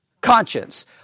conscience